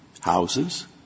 houses